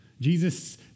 Jesus